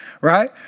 right